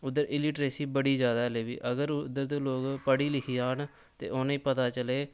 उद्धर इलिट्रेसी बड़ी जैदा ऐ हल्ली बी उद्धर दे लोक पढ़ी लिखी आन ते उनेंगी पता चले